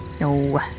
No